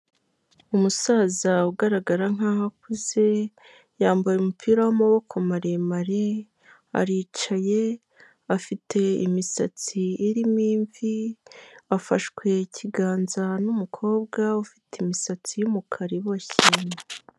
Umusaza ugaragara nk'aho akuze, yambaye umupira w'amaboko maremare, aricaye, afite imisatsi irimo imvi, afashwe ikiganza n'umukobwa ufite imisatsi y'umukara iboshye.